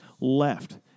left